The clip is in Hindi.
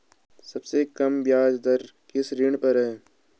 सबसे कम ब्याज दर किस ऋण पर है?